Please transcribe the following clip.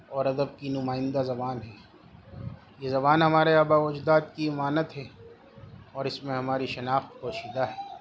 اور ادب کی نمائندہ زبان ہے یہ زبان ہمارے آبا و اجداد کی امانت ہے اور اس میں ہماری شناخت پوشیدہ ہے